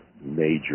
major